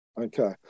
okay